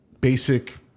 basic